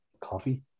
coffee